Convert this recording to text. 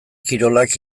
kirolak